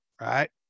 right